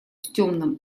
темном